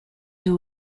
who